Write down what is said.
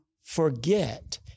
forget